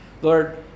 Lord